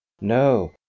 No